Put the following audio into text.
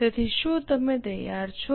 તેથી શું તમે તૈયાર છો